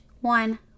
one